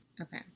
Okay